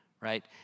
right